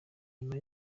nyuma